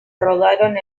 rodaron